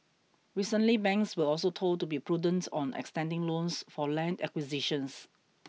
recently banks were also told to be prudent on extending loans for land acquisitions